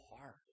hard